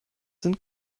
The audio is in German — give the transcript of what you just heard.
sind